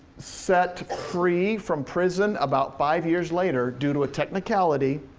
set free from prison about five years later due to a technicality,